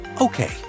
Okay